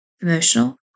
emotional